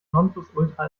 nonplusultra